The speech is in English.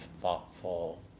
thoughtful